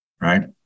right